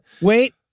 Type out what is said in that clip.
wait